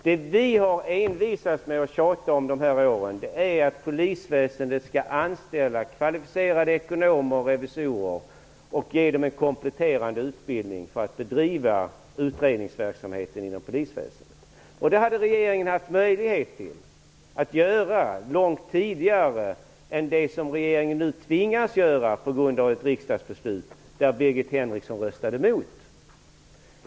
Det vi har envisats med och tjatat om under de här åren är att polisväsendet skall anställa kvalificerade ekonomer och revisorer och ge dem en kompletterande utbildning för att bedriva utredningsverksamheten inom polisväsendet. Det hade regeringen haft möjlighet att göra långt tidigare än nu när regeringen tvingas att göra det på grund av ett riksdagsbeslut, där Birgit Henriksson röstade emot.